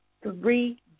Three